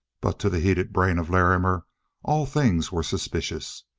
but to the heated brain of larrimer all things were suspicious.